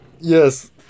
Yes